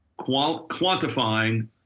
quantifying